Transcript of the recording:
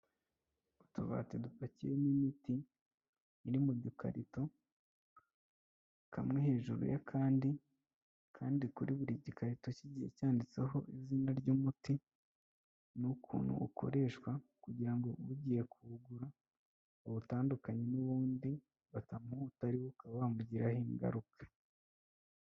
Utubati dupakiyemo imiti iri mu dukarito, kamwe hejuru y'akandi, kandi kuri buri gikarito kigiye cyanditseho izina ry'umuti n'ukuntu ukoreshwa kugira ngo ugiye kuwugura uwutandukanye n'uwundi batamuha utari wo ukaba wamugiraho ingaruka.